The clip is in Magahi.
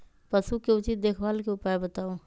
पशु के उचित देखभाल के उपाय बताऊ?